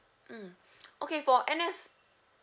mm okay for N_S